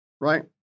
right